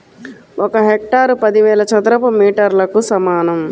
ఒక హెక్టారు పదివేల చదరపు మీటర్లకు సమానం